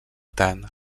tant